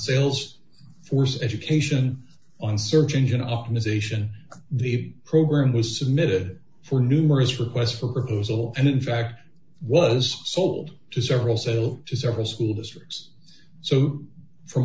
sales force education on search engine optimization the program was submitted for numerous requests for us all and in fact was sold to several several several school districts so from